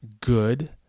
good